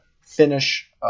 finish